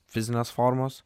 fizinės formos